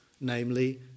namely